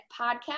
podcast